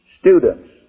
students